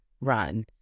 run